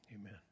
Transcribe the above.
amen